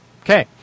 Okay